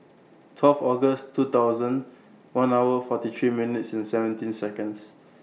twelve August two thousand one hour forty three minutes and seventeen Seconds